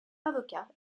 avocat